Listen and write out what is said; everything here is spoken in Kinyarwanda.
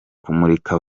kumurikira